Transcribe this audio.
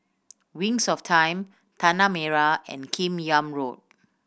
Wings of Time Tanah Merah and Kim Yam Road